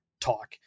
talk